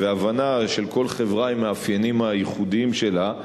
הבנה שכל חברה עם המאפיינים שלה,